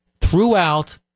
Throughout